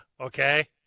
Okay